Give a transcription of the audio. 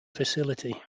facility